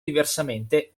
diversamente